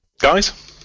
Guys